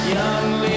Young